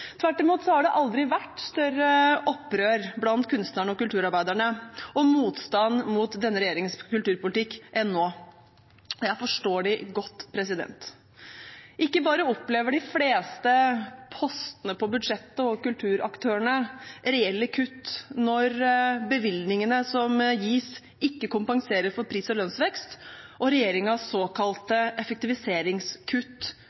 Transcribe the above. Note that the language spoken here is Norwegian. Tvert imot har det blant kunstnerne og kulturarbeiderne aldri vært større opprør og motstand mot denne regjeringens kulturpolitikk enn nå. Jeg forstår dem godt. Ikke bare opplever vi at de fleste postene på budsjettet og kulturaktørene får reelle kutt når bevilgingene som gis, ikke kompenserer for pris- og lønnsvekst